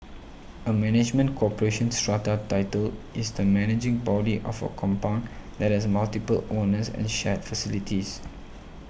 a management corporation strata title is the managing body of a compound that has multiple owners and shared facilities